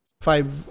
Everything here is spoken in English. five